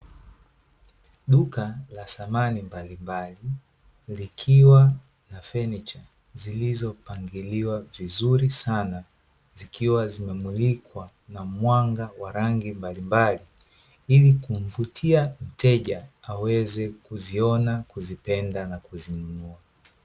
Duka la samani mbali mbali likiwa na samani zilizo pangiliwa vizuri sana. Zikiwa zimemulikwa kwa mwanga wa rangi mbali mbali ilikumvutia mteja aweze kuziona, kuzipenda na kuzinunua.